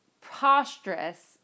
preposterous